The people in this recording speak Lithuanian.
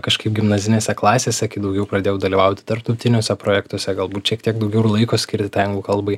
kažkaip gimnazinėse klasėse daugiau pradėjau dalyvauti tarptautiniuose projektuose galbūt šiek tiek daugiau ir laiko skirti tai anglų kalbai